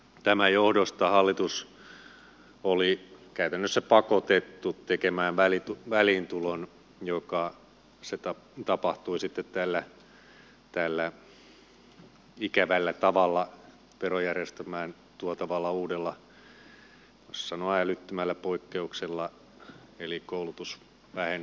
tämän johdosta hallitus oli käytännössä pakotettu tekemään väliintulon joka tapahtui sitten tällä ikävällä tavalla verojärjestelmään tuotavalla uudella jos sanon älyttömällä poikkeuksella eli koulutusvähennyksellä